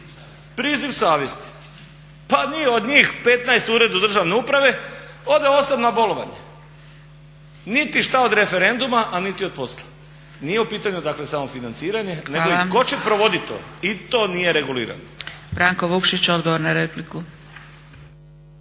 Priziv savjesti, pa nije od njih 15 u Uredu državne uprave ode 8 na bolovanje, niti šta od referenduma a ni od posla. Nije u pitanju dakle samo financiranje nego i ko će provodit to i to nije regulirano.